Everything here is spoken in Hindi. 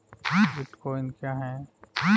बिटकॉइन क्या है?